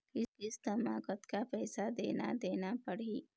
किस्त म कतका पैसा देना देना पड़ही?